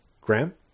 graham